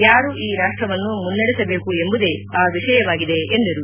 ಯಾರು ಈ ರಾಷ್ಟವನ್ನು ಮುನ್ನಡೆಸಬೇಕು ಎಂಬುದೇ ಆ ವಿಷಯವಾಗಿದೆ ಎಂದರು